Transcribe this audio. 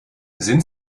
sind